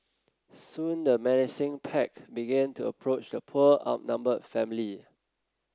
soon the menacing pack began to approach the poor outnumbered family